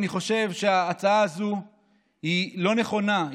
אני חושב שההצעה הזו היא לא נכונה,